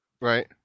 Right